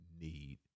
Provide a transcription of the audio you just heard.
need